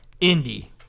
Indy